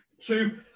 two